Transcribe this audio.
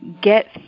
get